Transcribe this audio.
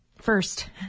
First